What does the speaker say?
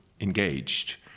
engaged